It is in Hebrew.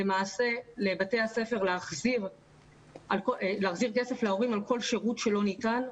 למעשה לבתי הספר להחזיר כסף להורים על כל שירות שלא ניתן,